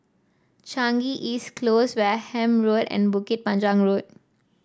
Changi East Close Wareham Road and Bukit Panjang Road